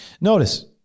notice